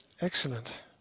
Excellent